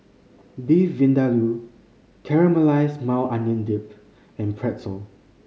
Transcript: Beef Vindaloo Caramelized Maui Onion Dip and Pretzel